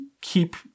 keep